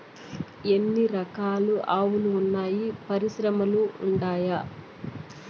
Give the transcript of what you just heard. ఎన్ని రకాలు ఆవులు వున్నాయి పరిశ్రమలు ఉండాయా?